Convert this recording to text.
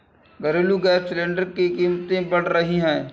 घरेलू gas cylinder की कीमतें बढ़ रही है